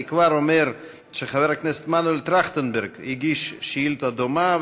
אני כבר אומר שחבר הכנסת מנואל טרכטנברג הגיש שאילתה דומה,